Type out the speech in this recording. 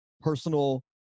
personal